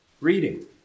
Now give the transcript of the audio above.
reading